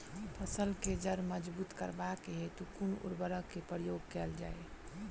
फसल केँ जड़ मजबूत करबाक हेतु कुन उर्वरक केँ प्रयोग कैल जाय?